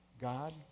God